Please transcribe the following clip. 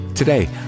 Today